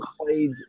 played